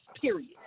period